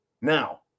Now